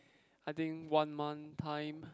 I think one month time